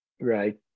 right